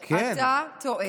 המערביות, לא, אתה טועה.